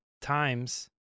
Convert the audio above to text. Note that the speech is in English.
times